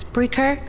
Breaker